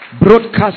Broadcast